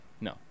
no